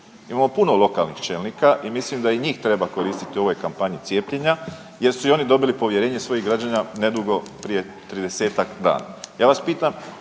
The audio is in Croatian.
Imamo puno lokalnih čelnika i mislim da i njih treba koristiti u ovoj kampanji cijepljenja jer su i oni dobili povjerenje svojih građana nedugo prije 30-tak dana.